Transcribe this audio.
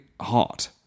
hot